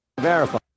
Verify